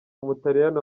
umutaliyani